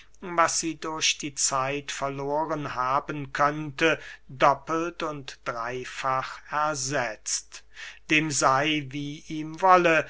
was sie durch die zeit verloren haben könnte doppelt und dreyfach ersetzt dem sey wie ihm wolle